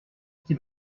c’est